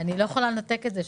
אני לא יכולה לנתק את זה,